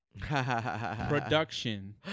production